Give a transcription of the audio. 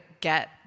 get